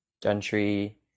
gentry